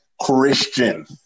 Christian